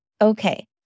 Okay